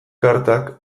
kartak